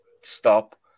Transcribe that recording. stop